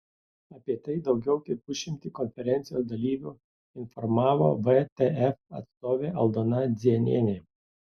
apie tai daugiau kaip pusšimtį konferencijos dalyvių informavo vtf atstovė aldona dzienienė